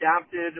adapted